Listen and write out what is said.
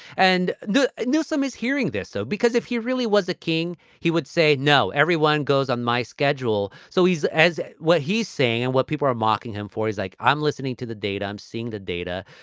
and the newseum is hearing this, though, because if he really was a king, he would say no. everyone goes on my schedule. so he's as what he's saying and what people are mocking him for is like, i'm listening to the data. i'm seeing the data.